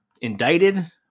indicted